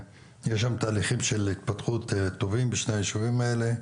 יש שם תהליכים טובים של התפתחות טובים בשני הישובים האלה.